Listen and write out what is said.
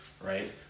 right